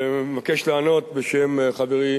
אני מבקש לענות בשם חברי